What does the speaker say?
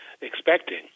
expecting